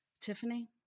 Tiffany